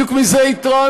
בדיוק על זה התרענו.